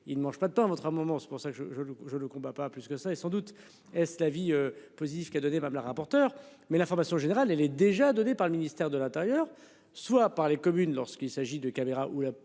il ne mange pas de temps à votre, à un moment, c'est pour ça que je je le je le combat, pas plus que ça et sans doute est-ce l'avis positif qui a donné, madame la rapporteure. Mais l'information générale, elle est déjà donné par le ministère de l'Intérieur. Soit par les communes lorsqu'il s'agit de caméras ou là l'État